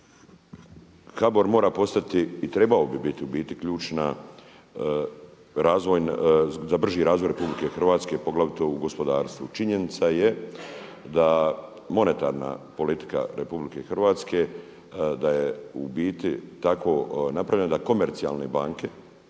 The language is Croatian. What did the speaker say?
HBOR mora postati i trebao bi biti u biti ključna razvojna, za brži razvoj RH poglavito u gospodarstvu. Činjenica je da monetarna politika RH, da je u biti tako napravljena da komercijalne banke